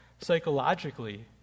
Psychologically